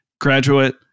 graduate